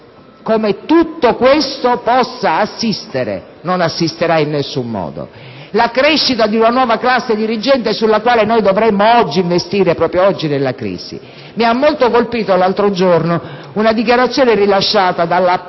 come tutto questo possa assistere (non assisterà in nessun modo) la crescita di una nuova classe dirigente sulla quale noi dovremmo oggi investire: proprio oggi, nella crisi. Mi ha molto colpito, l'altro giorno, una dichiarazione rilasciata dalla *Premier*